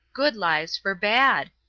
good lives for bad!